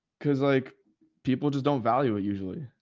cause like people just don't value it usually,